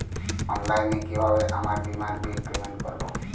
অনলাইনে কিভাবে আমার বীমার বিল পেমেন্ট করবো?